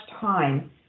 time